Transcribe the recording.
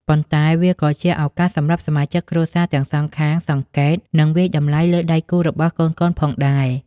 ប៉ុន្តែវាក៏ជា ឱកាសសម្រាប់សមាជិកគ្រួសារទាំងសងខាងសង្កេត និងវាយតម្លៃ លើដៃគូរបស់កូនៗផងដែរ។